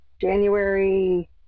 January